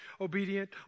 obedient